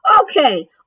okay